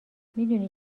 میدونی